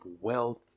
wealth